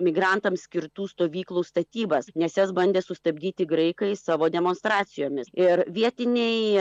migrantams skirtų stovyklų statybas nes jas bandė sustabdyti graikai savo demonstracijomis ir vietiniai